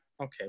Okay